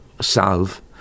solve